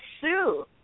sue